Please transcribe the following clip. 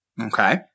Okay